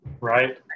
Right